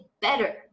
better